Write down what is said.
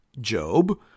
Job